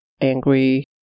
angry